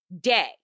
day